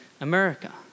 America